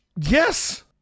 yes